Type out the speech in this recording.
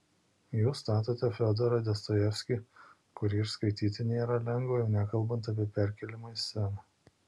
jūs statote fiodorą dostojevskį kurį ir skaityti nėra lengva jau nekalbant apie perkėlimą į sceną